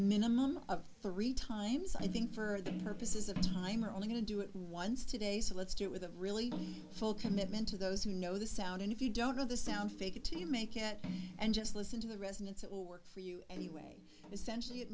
minimum of three times i think for the purposes of time are only going to do it once today so let's do it with a really full commitment to those who know the sound and if you don't know the sound fake it till you make it and just listen to the resonance it will work for you anyway essentially it